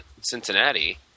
cincinnati